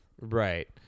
Right